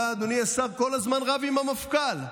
אתה, אדוני השר, כל הזמן רב עם המפכ"ל בפומבי.